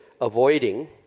avoiding